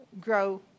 grow